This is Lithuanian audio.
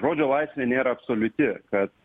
žodžio laisvė nėra absoliuti kad